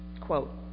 quote